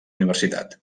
universitat